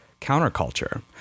counterculture